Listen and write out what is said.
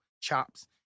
Chops